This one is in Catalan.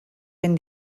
ben